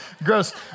Gross